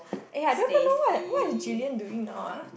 eh I don't even know what what is Julian doing now ah